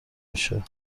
میشه